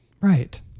Right